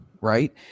right